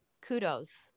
kudos